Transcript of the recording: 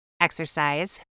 exercise